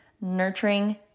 nurturing